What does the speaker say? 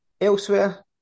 Elsewhere